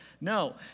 No